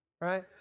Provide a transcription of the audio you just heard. Right